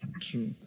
True